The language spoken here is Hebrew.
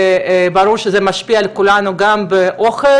ברור שזה משפיע על כולנו גם באוכל,